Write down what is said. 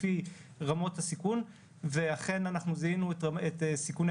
לפי רמות הסיכון ואכן אנחנו זיהנו את סיכוני